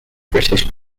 british